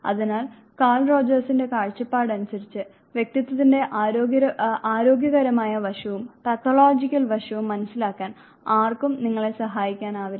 അതിനാൽ കാൾ റോജേഴ്സിന്റെ കാഴ്ച്ചപ്പാട് അനുസരിച്ച് വ്യക്തിത്വത്തിന്റെ ആരോഗ്യകരമായ വശവും പാത്തോളജിക്കൽ വശവും മനസ്സിലാക്കാൻ ആർക്കും നിങ്ങളെ സഹായിക്കാനാകില്ല